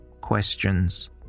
Questions